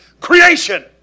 Creation